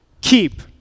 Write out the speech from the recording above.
keep